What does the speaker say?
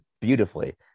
beautifully